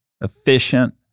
efficient